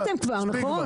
אתה דיברת כבר.